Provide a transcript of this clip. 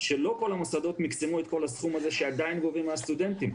שלא כל המוסדות מקסמו את כל הסכום הזה שעדיין גובים מהסטודנטים.